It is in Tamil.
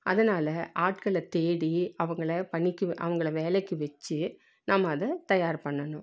அதனால ஆட்களை தேடி அவங்களை பணிக்கு அவங்கள வேலைக்கு வச்சு நம்ம அதை தயார் பண்ணணும்